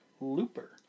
Looper